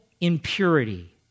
impurity